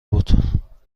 بود